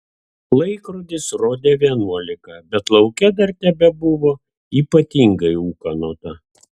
laikrodis rodė vienuolika bet lauke dar tebebuvo ypatingai ūkanota